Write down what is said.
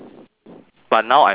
but now I'm smaller